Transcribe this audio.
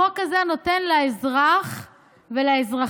החוק הזה נותן לאזרח ולאזרחית,